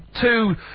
two